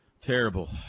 Terrible